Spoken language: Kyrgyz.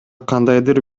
кандайдыр